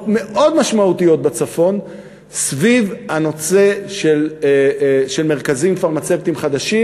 מאוד משמעותיות בצפון סביב הנושא של מרכזים פרמצבטיים חדשים,